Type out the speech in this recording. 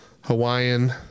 Hawaiian